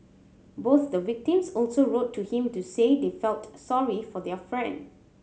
both the victims also wrote to him to say they felt sorry for their friend